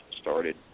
started